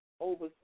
over